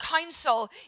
council